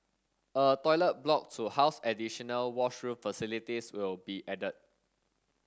a toilet block to house additional washroom facilities will be added